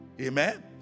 Amen